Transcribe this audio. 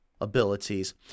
abilities